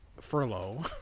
furlough